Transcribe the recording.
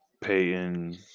Payton